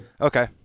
Okay